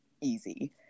easy